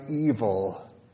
evil